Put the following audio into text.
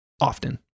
often